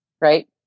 right